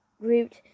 grouped